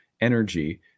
energy